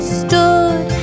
stood